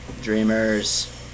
dreamers